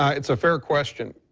ah it's a fair question.